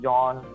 John